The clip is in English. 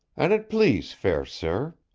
an it please, fair sir.